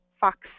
fox